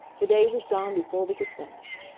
the day was gone before we could finish.